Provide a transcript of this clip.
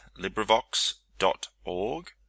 LibriVox.org